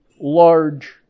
large